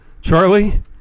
Charlie